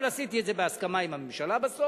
אבל עשיתי את זה בהסכמה עם הממשלה בסוף,